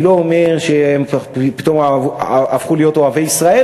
אני לא אומר שהם פתאום הפכו להיות אוהבי ישראל,